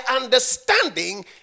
understanding